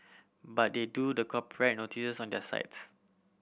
but they do the copyright notices on their sites